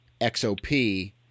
XOP